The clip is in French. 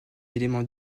éléments